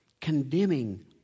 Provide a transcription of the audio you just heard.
condemning